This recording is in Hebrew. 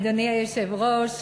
אדוני היושב-ראש,